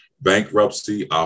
Bankruptcy